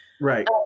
Right